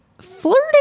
flirting